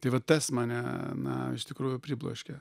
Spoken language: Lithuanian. tai va tas mane na iš tikrųjų pribloškė